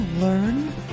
learn